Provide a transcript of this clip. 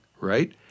Right